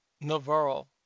Navarro